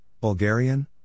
Bulgarian